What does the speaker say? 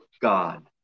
god